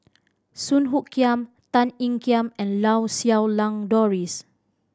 Song Hoot Kiam Tan Ean Kiam and Lau Siew Lang Doris